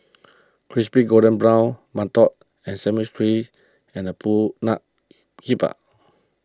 Crispy Golden Brown Mantou Sesame Balls and Pulut Hitam